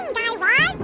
and guy ah raz?